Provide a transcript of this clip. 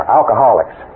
alcoholics